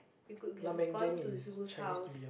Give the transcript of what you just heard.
we could have gone to Zul's house